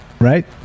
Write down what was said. Right